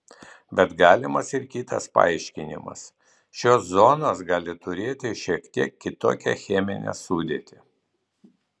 bet galimas ir kitas paaiškinimas šios zonos gali turėti šiek tiek kitokią cheminę sudėtį